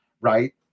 right